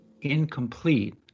incomplete